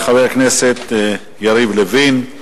תודה לחבר הכנסת יריב לוין.